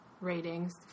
ratings